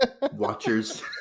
watchers